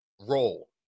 role